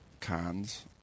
cons